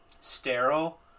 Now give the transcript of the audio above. sterile